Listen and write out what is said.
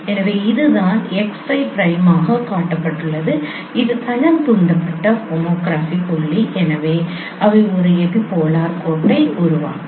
எனவே அதுதான் x 5 பிரைமாக காட்டப்பட்டுள்ளது இது தளம் தூண்டப்பட்ட ஹோமோகிராபி புள்ளி எனவே அவை ஒரு எபிபோலார் கோட்டை உருவாக்கும்